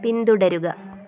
പിന്തുടരുക